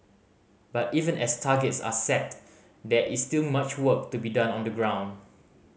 but even as targets are set there is still much work to be done on the ground